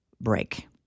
break